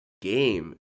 game